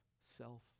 self